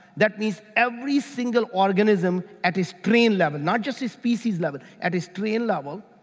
that means every single organism at its gene level, not just it's species level, at its gene level,